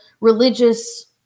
religious